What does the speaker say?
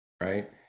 right